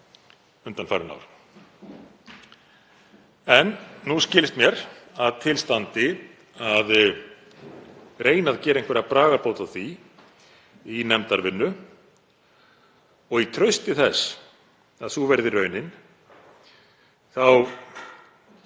undanfarin ár. En nú skilst mér að til standi að reyna að gera einhverja bragarbót á því í nefndarvinnu og í trausti þess að sú verði raunin